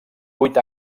vuit